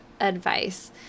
advice